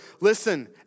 listen